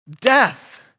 death